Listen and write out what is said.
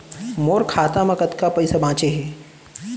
मोर खाता मा कतका पइसा बांचे हे?